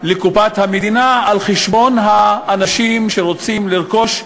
לקופת המדינה על חשבון האנשים שרוצים לרכוש דירה.